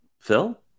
Phil